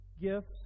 gifts